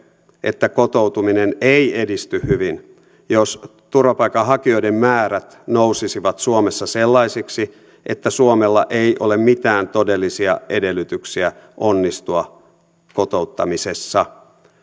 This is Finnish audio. että kotoutuminen ei edisty hyvin jos turvapaikanhakijoiden määrät nousisivat suomessa sellaisiksi että suomella ei ole mitään todellisia edellytyksiä onnistua kotouttamisessa